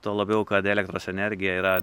tuo labiau kad elektros energija yra